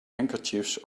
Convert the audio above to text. handkerchiefs